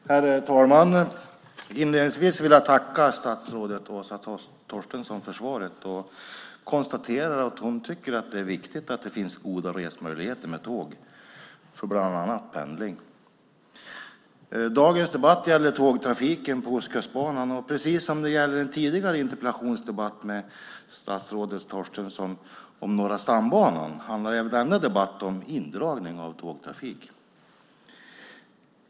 Herr talman! Inledningsvis vill jag tacka statsrådet Åsa Torstensson för svaret. Jag konstaterar att hon tycker att det är viktigt att det finns goda resmöjligheter med tåg för pendling bland annat. Dagens debatt gäller tågtrafiken på Ostkustbanan. Precis som den tidigare interpellationsdebatten med statsrådet Torstensson om Norra stambanan handlar denna debatt om indragning av tågtrafik.